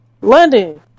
London